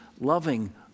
loving